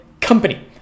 company